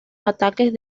ataques